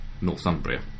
Northumbria